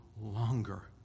longer